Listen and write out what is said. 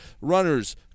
runners